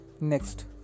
Next